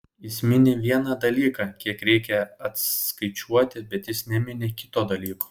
jis mini vieną dalyką kiek reikia atskaičiuoti bet jis nemini kito dalyko